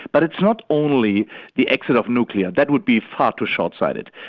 but it's not only the exit of nuclear that would be far too short-sighted.